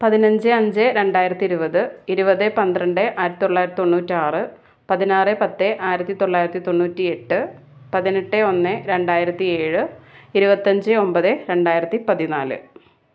പതിനഞ്ച് അഞ്ച് രണ്ടായിരത്തി ഇരുപത് ഇരുപത് പന്ത്രണ്ട് ആയിരത്തി തൊള്ളായിരത്തി തൊണ്ണൂറ്റി ആറ് പതിനാറ് പത്ത് ആയിരത്തി തൊള്ളായിരത്തി തൊണ്ണൂറ്റി എട്ട് പതിനെട്ട് ഒന്ന് രണ്ടായിരത്തി ഏഴ് ഇരുപത്തി അഞ്ച് ഒമ്പത് രണ്ടായിരത്തി പതിനാല്